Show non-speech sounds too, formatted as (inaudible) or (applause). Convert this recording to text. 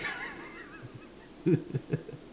(laughs)